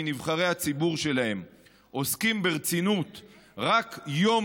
מנבחרי הציבור שלהם עוסקים ברצינות רק יום